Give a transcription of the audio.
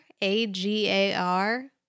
A-G-A-R